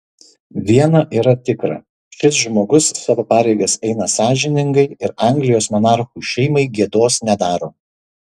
viena yra tikra šis žmogus savo pareigas eina sąžiningai ir anglijos monarchų šeimai gėdos nedaro